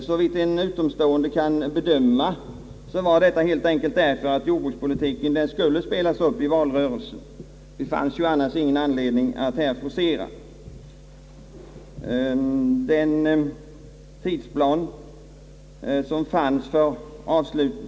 Såvitt en utomstående kan bedöma berodde detta helt enkelt på att jordbrukspolitiken skulle spelas upp i valrörelsen — det fanns ju annars ingen anledning att forcera.